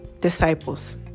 disciples